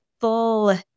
full